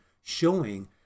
showing